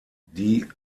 die